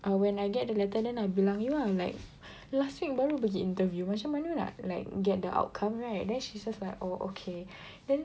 uh when I get the letter then I bilang you ah like last week baru pergi interview macam mana nak like get the outcome right then she just like oh okay then